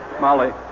Molly